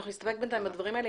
אנחנו בינתיים נסתפק בדברים האלה.